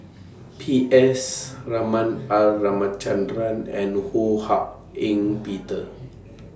P S Raman R Ramachandran and Ho Hak Ean Peter